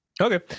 Okay